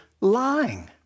lying